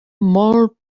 molt